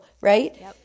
Right